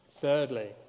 Thirdly